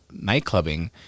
nightclubbing